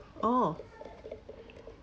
orh